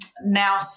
Now